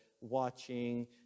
watching